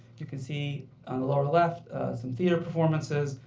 you can see on the lower left some theater performances,